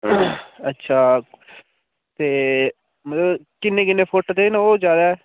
अच्छा ते मतलब किन्ने किन्ने फुट्ट दे न ओह् जैदा